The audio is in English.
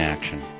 Action